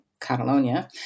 Catalonia